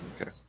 Okay